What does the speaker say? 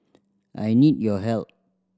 I need your help